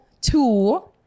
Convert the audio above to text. two